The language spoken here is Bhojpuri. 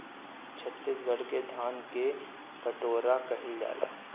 छतीसगढ़ के धान के कटोरा कहल जाला